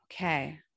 Okay